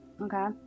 okay